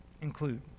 include